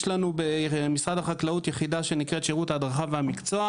יש לנו במשרד החקלאות יחידה שנקראת "שירות ההדרכה והמקצוע",